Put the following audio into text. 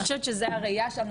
אני חושבת שזו הראייה שלנו,